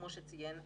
כמו שציין הנציב,